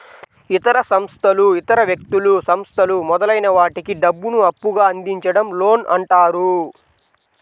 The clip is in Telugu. ఇతర సంస్థలు ఇతర వ్యక్తులు, సంస్థలు మొదలైన వాటికి డబ్బును అప్పుగా అందించడం లోన్ అంటారు